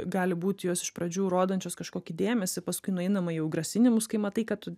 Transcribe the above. gali būti jos iš pradžių rodančios kažkokį dėmesį paskui nueinama jau į grasinimus kai matai kad